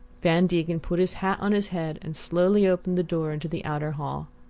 van degen put his hat on his head and slowly opened the door into the outer hall.